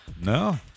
No